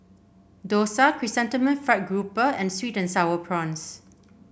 dosa Chrysanthemum Fried Grouper and sweet and sour prawns